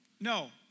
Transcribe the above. No